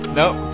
nope